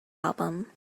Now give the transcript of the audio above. album